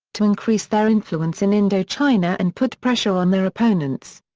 to increase their influence in indochina and put pressure on their opponents.